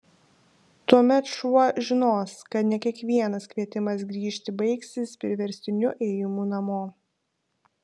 tuomet šuo žinos kad ne kiekvienas kvietimas grįžti baigsis priverstiniu ėjimu namo